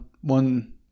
one